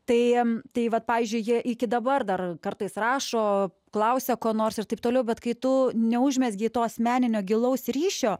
tai tai vat pavyzdžiui jie iki dabar dar kartais rašo klausia ko nors ir taip toliau bet kai tu neužmezgei to asmeninio gilaus ryšio